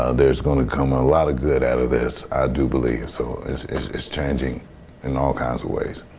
ah there's going to come a lot of good out of this i do believe, so, it's it's changing in all kinds of ways.